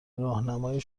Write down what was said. راهنمای